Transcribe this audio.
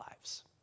lives